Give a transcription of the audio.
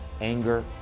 anger